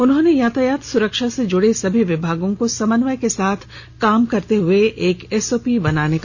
उन्होंने यातायात सुरक्षा से जुड़े सभी विभागों को समन्वय के साथ काम करते हुए एक एसओपी बनाने का निर्देश दिया